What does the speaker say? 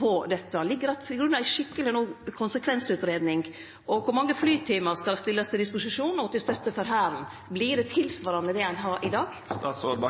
av dette? Ligg det til grunn ei skikkeleg konsekvensutgreiing? Kor mange flytimar skal stillast til disposisjon som støtte frå Hæren? Vert det tilsvarande det ein har i dag?